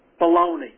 Baloney